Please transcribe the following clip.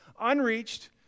Unreached